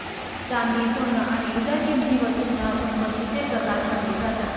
चांदी, सोन आणि इतर किंमती वस्तूंना संपत्तीचे प्रकार म्हटले जातात